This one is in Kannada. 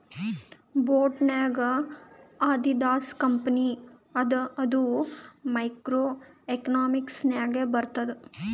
ಬೋಟ್ ನಾಗ್ ಆದಿದಾಸ್ ಕಂಪನಿ ಅದ ಅದು ಮೈಕ್ರೋ ಎಕನಾಮಿಕ್ಸ್ ನಾಗೆ ಬರ್ತುದ್